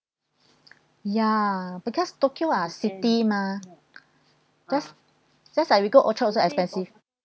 ya because tokyo are city mah just just like we go orchard also expensive